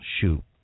shoot